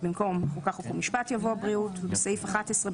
במקום "החוקה חוק ומשפט" יבוא "הבריאות"; בסעיף 11,